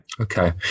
Okay